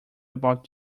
about